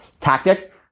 tactic